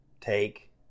take